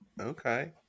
Okay